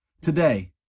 Today